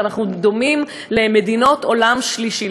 ואנחנו דומים למדינות העולם השלישי.